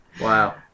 Wow